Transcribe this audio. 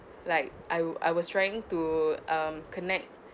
like I would I was trying to um connect